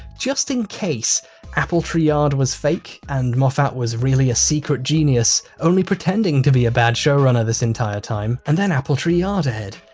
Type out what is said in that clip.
just in case appletree yard was fake and moffat was really a secret genius. only pretending to be a bad showrunner this entire time. and then appletree yard aired,